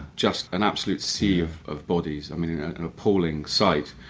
just an absolute sea of of bodies. i mean, an appalling sight.